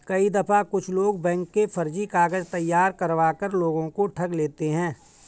कई दफा कुछ लोग बैंक के फर्जी कागज तैयार करवा कर लोगों को ठग लेते हैं